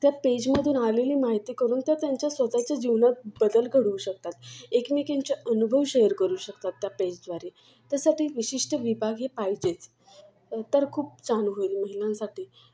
त्या पेजमधून आलेली माहिती करून त्या त्यांच्या स्वतःच्या जीवनात बदल घडवू शकतात एकमेकींच्या अनुभव शेअर करू शकतात त्या पेजद्वारे त्यासाठी एक विशिष्ट विभाग हे पाहिजेच तर खूप छान होईल महिलांसाठी